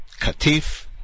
Katif